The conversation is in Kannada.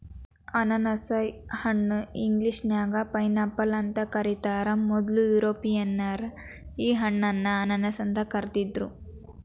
ಅನಾನಸ ಹಣ್ಣ ಇಂಗ್ಲೇಷನ್ಯಾಗ ಪೈನ್ಆಪಲ್ ಅಂತ ಕರೇತಾರ, ಮೊದ್ಲ ಯುರೋಪಿಯನ್ನರ ಈ ಹಣ್ಣನ್ನ ಅನಾನಸ್ ಅಂತ ಕರಿದಿದ್ರು